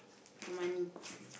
for money